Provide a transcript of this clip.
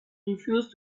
refused